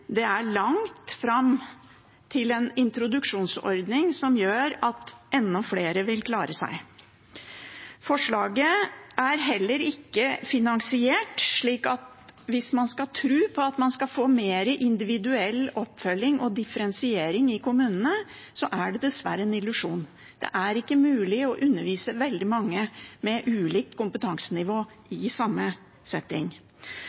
det er langt fram til en introduksjonsordning som gjør at enda flere vil klare seg. Forslaget er heller ikke finansiert, så hvis man skal tro at man får mer individuell oppfølging og differensiering i kommunene, er det dessverre en illusjon. Det er ikke mulig å undervise veldig mange med ulikt kompetansenivå i samme setting.